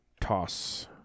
toss